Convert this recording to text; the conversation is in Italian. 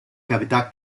cavità